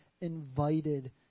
invited